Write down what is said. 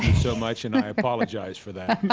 so much, and i apologize for that.